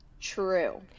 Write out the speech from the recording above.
True